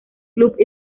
club